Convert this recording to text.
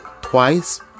twice